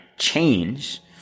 change